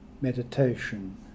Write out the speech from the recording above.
meditation